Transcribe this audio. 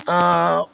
আ